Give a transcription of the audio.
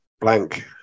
blank